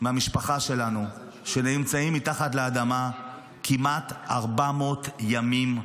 מהמשפחה שלנו, שנמצאים מתחת לאדמה כמעט 400 ימים,